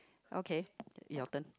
okay your turn